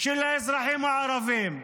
של האזרחים הערבים.